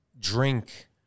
drink